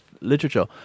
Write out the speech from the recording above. literature